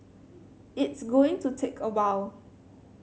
it's going to take a while